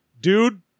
dude